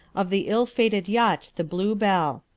of the ill-fated yacht the bluebell.